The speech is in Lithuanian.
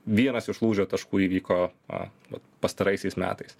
vienas iš lūžio taškų įvyko a vat pastaraisiais metais